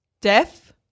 Deaf